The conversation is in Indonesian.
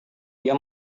dia